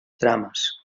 drames